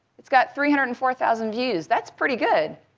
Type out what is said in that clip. it's got three hundred and four thousand views. that's pretty good.